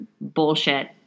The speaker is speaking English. bullshit